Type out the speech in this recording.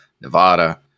Nevada